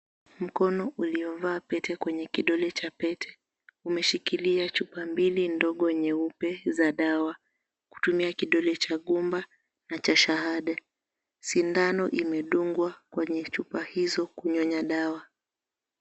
Mkono uliovaa pete kwenye kidole cha pete umeshikilia chupa mbili za dawa kutumia kidole gumba na cha shahada. Sindano imedungwa kwenye chupa izo kunyonya dawa.